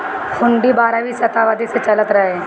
हुन्डी बारहवीं सताब्दी से चलल रहे